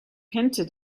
hinted